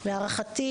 להערכתי,